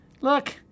Look